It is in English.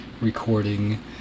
recording